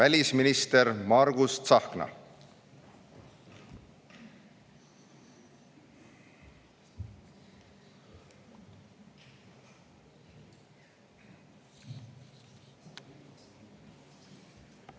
Välisminister Margus Tsahkna.